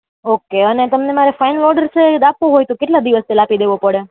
okay અને તમને મારે ફાઈનલ ઓર્ડર છે એ રાખવો હોય તો કેટલા દિવસ પેલા આપી દેવો પડે